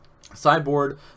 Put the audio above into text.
Sideboard